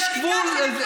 יש גבול.